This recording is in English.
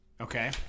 Okay